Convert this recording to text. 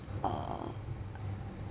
err